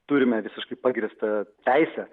turime visiškai pagrįstą teisę